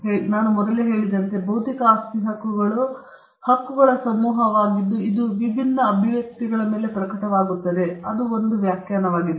ಏಕೆಂದರೆ ನಾನು ಮೊದಲು ಹೇಳಿದಂತೆ ಬೌದ್ಧಿಕ ಆಸ್ತಿ ಹಕ್ಕುಗಳು ಹಕ್ಕುಗಳ ಸಮೂಹವಾಗಿದ್ದು ಇದು ವಿಭಿನ್ನ ಅಭಿವ್ಯಕ್ತಿಗಳ ಮೇಲೆ ಪ್ರಕಟವಾಗುತ್ತದೆ ಅದು ಒಂದು ವ್ಯಾಖ್ಯಾನವಾಗಿದೆ